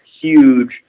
huge